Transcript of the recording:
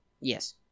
Yes